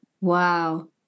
wow